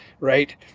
right